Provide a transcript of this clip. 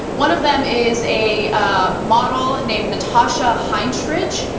one of them is a ah model named natasha hensridge.